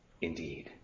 indeed